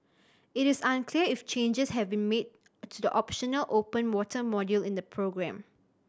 it is unclear if changes have been made to the optional open water module in the programme